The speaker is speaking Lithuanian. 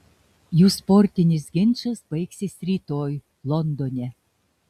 jų sportinis ginčas baigsis rytoj londone